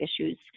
issues